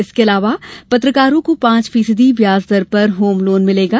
इसके अलावा पत्रकारों को पांच फीसदी ब्याज दर पर होमलोन मिलेगा